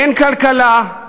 אין כלכלה,